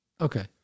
Okay